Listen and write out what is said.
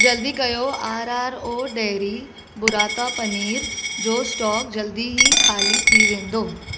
जल्दी कयो R R O dairy बुराता पनीर जो स्टॉक जल्दी ई खाली थी वेंदो